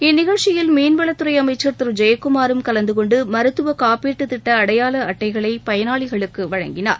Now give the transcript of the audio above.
இந்நிகழ்ச்சியில் மீன்வளத் துறை அமைச்சர் திரு ஜெயக்குமாரும் கலந்துகொண்டு மருத்துவ காப்பீட்டு திட்ட அடையாள அட்டைகளை பயனாளிகளுக்கு வழங்கினார்